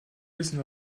wissen